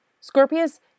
Scorpius